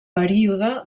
període